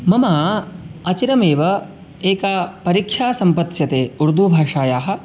मम अचिरमेव एका परीक्षा सम्पत्स्यते उर्दूभाषायाः